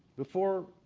before,